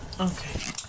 Okay